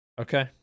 Okay